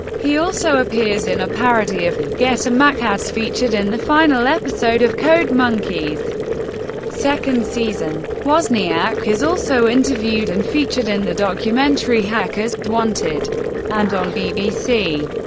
he also appears in a parody of the get a mac ads featured in the final episode of code monkeys second season. wozniak is also interviewed and featured in the documentary hackers wanted and on bbc.